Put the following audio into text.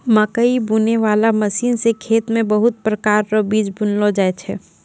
मकैइ बुनै बाला मशीन से खेत मे बहुत प्रकार रो बीज बुनलो जाय छै